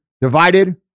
Divided